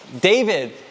David